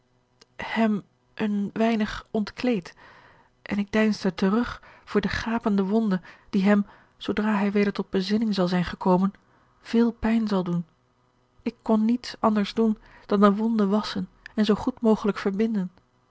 hem een weinig ontkleed en ik deinsde terug voor de gapende wonde die hem zoodra hij weder tot bezinning zal zijn gekomen veel pijn zal doen ik kon niet anders doen dan de wonde wasschen en zoo goed mogelijk verbinden